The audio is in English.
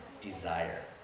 desire